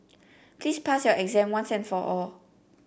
please pass your exam once and for all